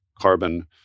carbon